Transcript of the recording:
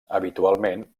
habitualment